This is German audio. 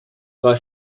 war